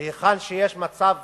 היכן שיש מצב